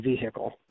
vehicle